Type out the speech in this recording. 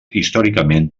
històricament